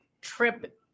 trip